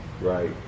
Right